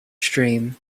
stream